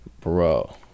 bro